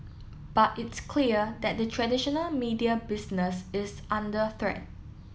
but it's clear that the traditional media business is under threat